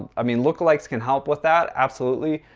i mean, look alikes can help with that. absolutely.